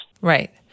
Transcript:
Right